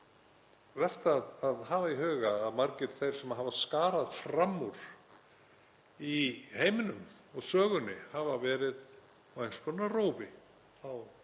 vert að hafa í huga að margir þeir sem hafa skarað fram úr í heiminum í sögunni hafa verið á einhvers konar rófi